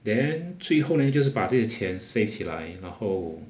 then 最后 leh 就是把这个钱 save 起来然后